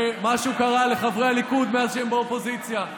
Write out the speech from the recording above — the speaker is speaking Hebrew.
ומשהו קרה לחברי הליכוד מאז שהם באופוזיציה,